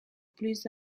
plus